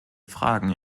fragen